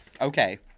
Okay